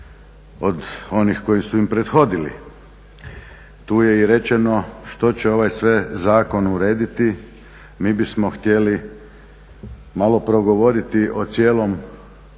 od onih koji su im prethodili. Tu je i rečeno što će ovaj sve zakon urediti. Mi bismo htjeli malo progovoriti o cijelom